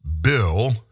Bill